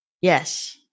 yes